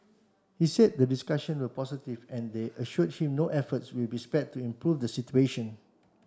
he said the discussion were positive and they assured him no efforts will be spared to improve the situation